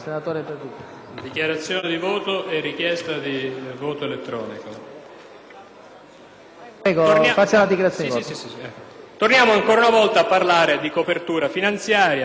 Torniamo ancora una volta a parlare di copertura finanziaria: ne abbiamo parlato a lungo in questo pomeriggio,